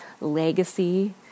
legacy